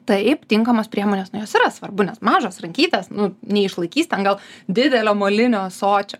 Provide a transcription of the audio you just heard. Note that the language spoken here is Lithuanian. taip tinkamos priemonės nu jos yra svarbu nes mažos rankytės nu neišlaikys ten gal didelio molinio ąsočio